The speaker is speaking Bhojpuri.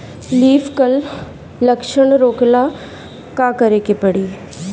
लीफ क्ल लक्षण रोकेला का करे के परी?